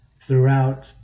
throughout